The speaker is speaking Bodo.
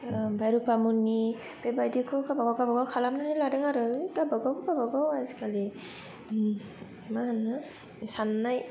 ओमफ्राय रुपामनि बेबायदिखौ गावबा गाव गावबा गाव खालामनानै लादों आरो गावबा गाव गावबा गाव आजिकालि ओम मा होनो साननाय